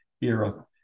era